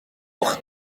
llwch